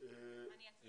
בסדר גמור.